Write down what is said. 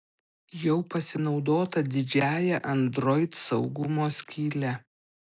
jau pasinaudota didžiąja android saugumo skyle